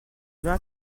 vin